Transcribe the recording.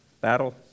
battle